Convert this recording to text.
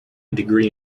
degree